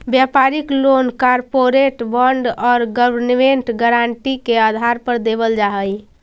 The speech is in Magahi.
व्यापारिक लोन कॉरपोरेट बॉन्ड और गवर्नमेंट गारंटी के आधार पर देवल जा हई